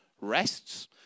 rests